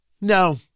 No